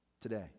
today